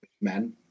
men